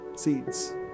seeds